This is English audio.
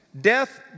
Death